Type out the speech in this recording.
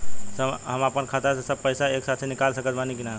हम आपन खाता से सब पैसा एके साथे निकाल सकत बानी की ना?